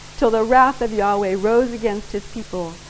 till the wrath of yahweh rose against his people,